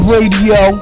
Radio